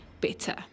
better